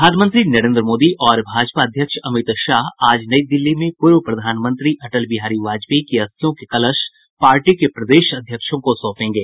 प्रधानमंत्री नरेंद्र मोदी और भारतीय जनता पार्टी अध्यक्ष अमित शाह आज नई दिल्ली में पूर्व प्रधानमंत्री अटल बिहारी वाजपेयी की अस्थियों के कलश पार्टी के प्रदेश अध्यक्षों को सौंपेगे